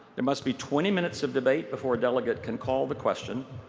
there must be twenty minutes of debate before a delegate can call the question.